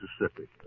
Mississippi